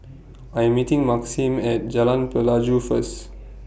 I Am meeting Maxim At Jalan Pelajau First